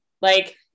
Like-